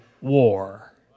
war